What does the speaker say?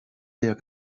der